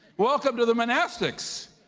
welcome to the monastics,